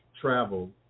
travel